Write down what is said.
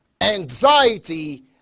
anxiety